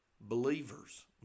believers